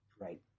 Right